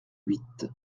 huit